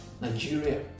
Nigeria